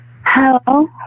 Hello